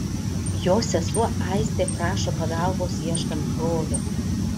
jo sesuo aistė prašo pagalbos ieškant brolio